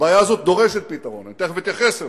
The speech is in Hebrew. הבעיה הזאת דורשת פתרון, תיכף אתייחס לזה,